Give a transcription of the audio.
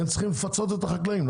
הם צריכים לפצות את החקלאים,